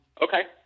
Okay